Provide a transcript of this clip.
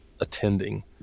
attending